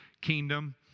kingdom